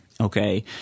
okay